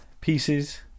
pieces